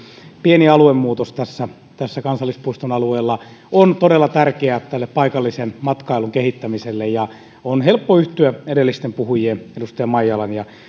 pieni aluemuutos tässä kansallispuiston alueella on todella tärkeä tälle paikallisen matkailun kehittämiselle on helppo yhtyä edellisten puhujien edustaja maijalan ja